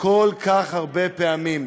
כל כך הרבה פעמים.